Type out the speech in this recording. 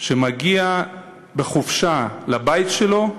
שמגיע בחופשה לבית שלו,